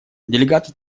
делегаты